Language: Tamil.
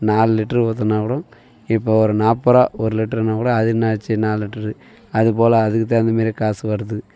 நாலு லிட்ரு ஊற்றுனா கூடோ இப்போ ஒரு நாற்பது ரூபா ஒரு லிட்ருனா கூட அது என்னாச்சு நாலு லிட்ரு அதுபோல் அதுக்கு தகுந்த மாதிரியே காசு வருது